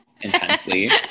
intensely